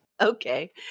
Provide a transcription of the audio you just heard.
Okay